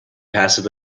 passive